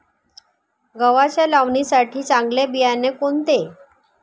गव्हाच्या लावणीसाठी चांगले बियाणे कोणते?